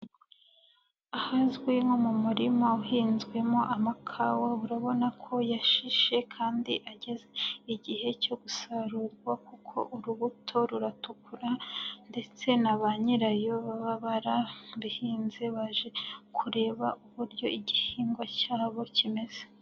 Ahazwi nko mu murima uhinzwemo amakawa, urabona ko yashishe kandi ageze igihe cyo gusarurwa kuko urubuto ruratukura ndetse na ba nyirayo baba barabihinze baje kureba uburyo igihingwa cyabo kimeze.